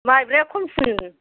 माइब्राया खमसिन